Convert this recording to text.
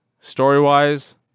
story-wise